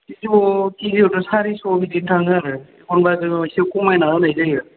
केजियावनो सारिस' बिदि थाङो आरो एखमबा जोङो इसे खमायनानै होनाय जायो